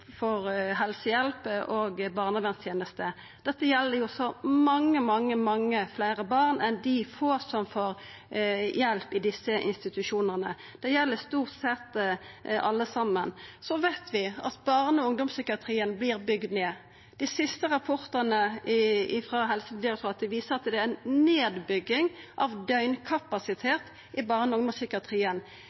helsehjelp og barnevernsteneste. Dette gjeld så mange, mange, mange fleire barn enn dei få som får hjelp i desse institusjonane. Det gjeld stort sett alle saman. Så veit vi at barne- og ungdomspsykiatrien vert bygd ned. Dei siste rapportane frå Helsedirektoratet viser at det er ei nedbygging av døgnkapasitet i barne- og